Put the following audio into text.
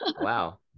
wow